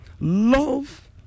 love